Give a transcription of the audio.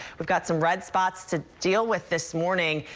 we've got some red spots to deal with this morning.